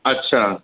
अच्छा